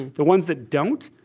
the ones that don't,